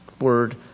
word